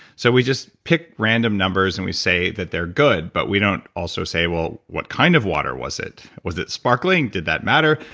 so we just pick random numbers, and we say that they're good, but we don't also say, well, what kind of water was it? was it sparkling? did that matter?